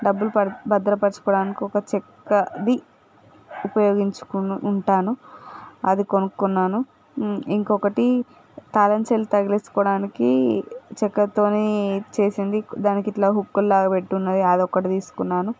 డబ్బులు భద్రపరుచుకోవడానికి ఒక చెక్కది ఉపయోగించుకొని ఉంటాను అది కొనుకున్నాను ఇంకొకటి తాళం చెవిలు తగిలించుకోవడానికి చెక్కతో చేసింది దానికి ఇట్లా హూకుల్లాగా పెట్టి ఉంది అది ఒకటి తీసుకున్నాను